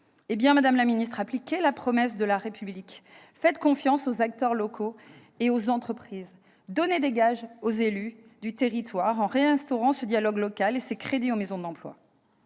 madame la ministre, appliquez la promesse de la République. Faites confiance aux acteurs locaux et aux entreprises. Donnez des gages aux élus des territoires en réinstaurant ce dialogue local et ces crédits aux maisons de l'emploi